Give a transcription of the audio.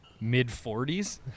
mid-40s